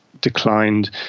declined